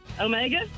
Omega